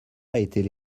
étaient